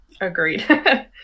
Agreed